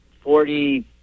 forty